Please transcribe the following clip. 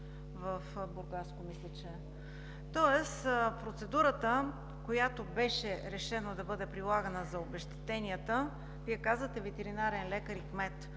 в Бургаско. Тоест процедурата, която беше решено да бъде прилагана за обезщетенията, Вие казахте ветеринарен лекар и кмет,